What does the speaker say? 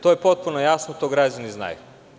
To je potpuno jasno, to građani znaju.